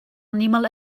animal